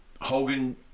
Hogan